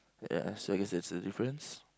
ya so I guess that's the difference